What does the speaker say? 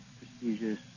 prestigious